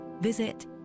visit